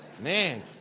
Man